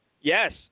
Yes